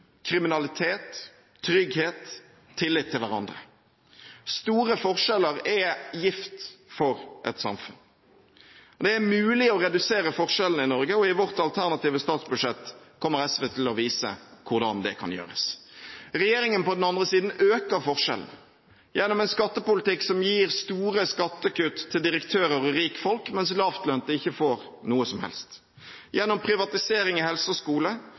kriminalitet, trygghet, tillit til hverandre. Store forskjeller er gift for et samfunn. Det er mulig å redusere forskjellene i Norge, og i vårt alternative statsbudsjett kommer SV til å vise hvordan det kan gjøres. Regjeringen – på den andre siden – øker forskjellene, gjennom en skattepolitikk som gir store skattekutt til direktører og rikfolk, mens lavtlønte ikke får noe som helst, gjennom privatisering i helse og skole